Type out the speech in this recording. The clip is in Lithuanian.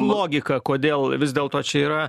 logika kodėl vis dėl to čia yra